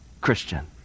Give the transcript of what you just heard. Christian